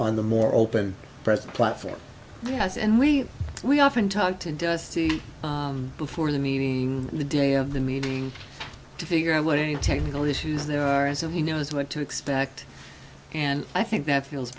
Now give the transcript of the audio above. on the more open press platform has and we we often talk to dusty before the meeting the day of the meeting to figure out what any technical issues there are and so he knows what to expect and i think that feels